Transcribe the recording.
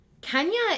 Kenya